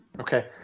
Okay